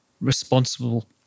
responsible